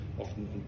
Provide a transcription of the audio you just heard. often